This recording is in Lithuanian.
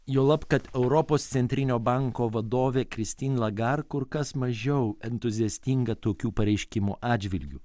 juolab kad europos centrinio banko vadovė kristin lagard kur kas mažiau entuziastinga tokių pareiškimų atžvilgiu